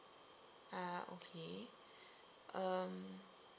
ah okay um